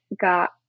got